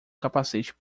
capacete